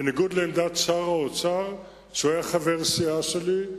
בניגוד לעמדתו של שר האוצר שהיה חבר הסיעה שלי,